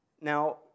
Now